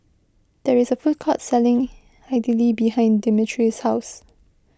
there is a food court selling Idili behind Demetrius' house